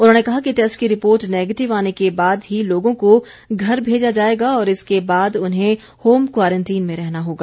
उन्होंने कहा कि टैस्ट की रिपोर्ट नैगेटिव आने के बाद ही लोगों को घर भेजा जाएगा और इसके बाद उन्हें होम क्वारंटीन में रहना होगा